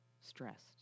stressed